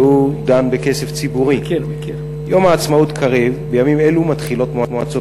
והוא דן בכסף ציבורי: יום העצמאות קרב ובימים אלו מתחילות מועצות